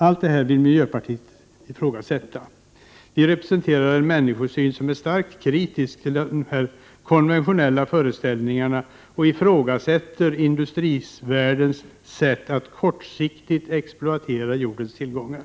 Allt detta vill miljöpartiet ifrågasätta. Vi i miljöpartiet representerar en människosyn som är starkt kritisk till dessa konventionella föreställningar, och vi ifrågasätter industrivärldens sätt att kortsiktigt exploatera jordens tillgångar.